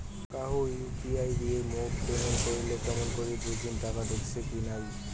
কাহো ইউ.পি.আই দিয়া মোক পেমেন্ট করিলে কেমন করি বুঝিম টাকা ঢুকিসে কি নাই?